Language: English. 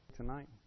Tonight